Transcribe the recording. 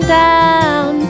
down